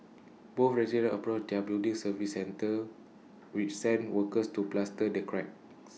both residents approached their building services centre which sent workers to plaster the cracks